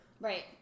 Right